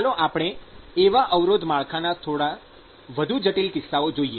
ચાલો આપણે આવા અવરોધ માળખાના થોડા વધુ જટિલ કિસ્સાઓ જોઈએ